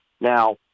Now